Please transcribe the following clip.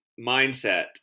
mindset